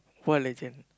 what exam